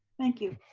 thank you.